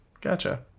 Gotcha